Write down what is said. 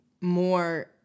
more